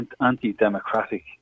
anti-democratic